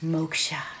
Moksha